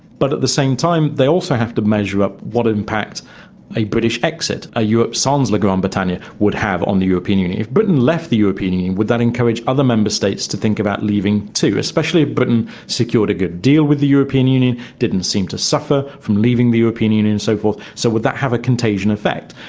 but at the same time they also have to measure up what impact a british exit, a europe sans la grande-bretagne, would have on the european union. if britain left the european union, would that encourage other member states to think about leaving too, especially if britain secured a good deal with the european union, didn't seem to suffer from leaving the european union and so forth, so would that have a contagion effect?